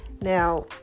Now